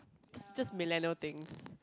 just just millennial things